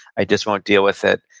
i just won't deal with it.